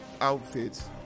outfits